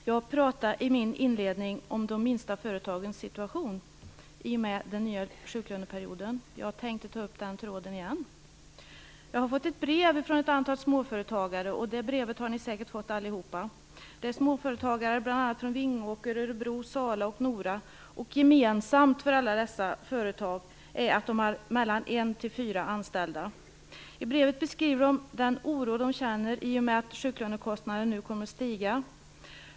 Fru talman! Jag talade inledningsvis om de minsta företagens situation i och med en nya sjuklöneperioden. Jag tänkte ta upp den tråden igen. Jag har fått ett brev från ett antal småföretagare. Samma brev har alla ni här säkert också fått. Det är småföretagare från bl.a. Vingåker, Örebro, Sala och Nora som skriver. Gemensamt för dessa företag är att de har 1-4 anställda. I brevet beskrivs den oro som dessa småföretagare känner i och med att sjuklönekostnaden nu kommer att stiga.